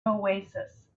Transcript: oasis